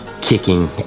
kicking